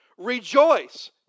Rejoice